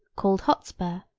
called hotspur,